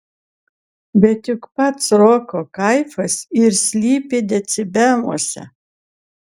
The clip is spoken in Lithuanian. bet juk pats roko kaifas ir slypi decibeluose